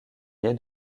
ier